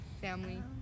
family